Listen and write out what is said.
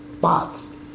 bots